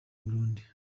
burundi